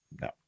no